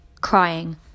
Crying